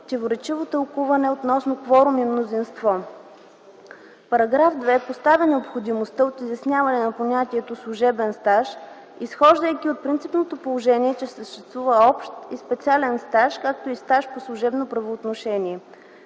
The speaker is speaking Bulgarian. противоречиво тълкуване относно кворум и мнозинство; - параграф 2 поставя необходимостта от изясняване на понятието „служебен стаж”, изхождайки от принципното положение, че съществува общ и специален стаж, както и стаж по служебно правоотношение.